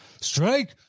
Strike